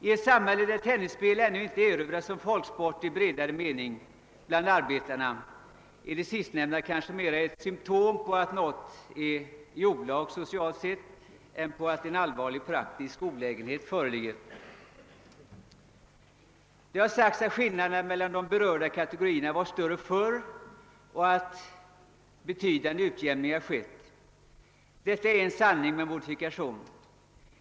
I ett samhälle där tennisspelet ännu inte erövrats som folksport i bredare mening av arbetarna är det sistnämnda kanske mera ett symtom på att något är i olag socialt sett än på att en allvarlig praktisk olägenhet föreligger. Det har sagts att skillnaderna mellan de berörda kategorierna var större förr i tiden och att en betydande utjämning har skett. Detta är en sanning med modifikation.